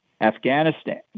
Afghanistan